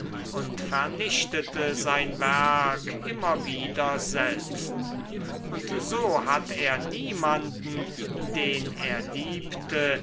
und vernichtete sein werk immer wieder selbst und so hat er niemanden den er liebte